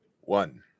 One